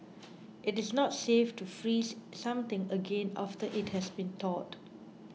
it is not safe to freeze something again after it has been thawed